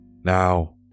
now